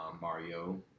Mario